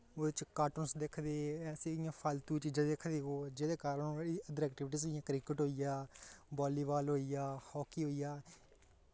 ओह्दे च कार्टून दिखदे ऐसे इ'यां फालतू चीजां दिखदे ओह् जेह्दे कारण ओह् अदर एक्टिविटीज जि'यां क्रिकेट होई गेआ बालीबाल होई गेआ हाकी होई गेआ